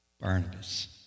Barnabas